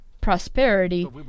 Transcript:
prosperity